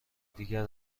دیگر